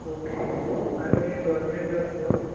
okay आनी government job तो